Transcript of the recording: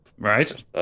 Right